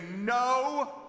no